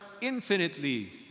Infinitely